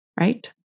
right